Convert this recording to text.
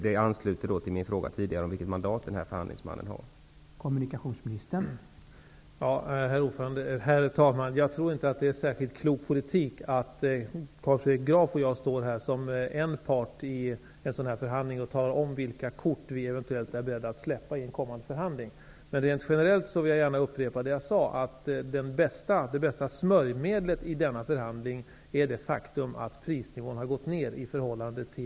Detta ansluter till min tidigare fråga om vilket mandat den här förhandlingsmannen kommer att ha.